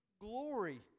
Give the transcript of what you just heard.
glory